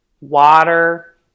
water